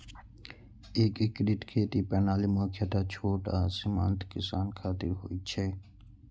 एकीकृत खेती प्रणाली मुख्यतः छोट आ सीमांत किसान खातिर होइ छै